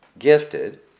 gifted